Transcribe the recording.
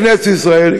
כנסת ישראל,